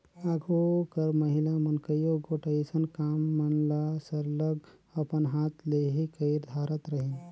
आघु कर महिला मन कइयो गोट अइसन काम मन ल सरलग अपन हाथ ले ही कइर धारत रहिन